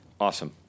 Awesome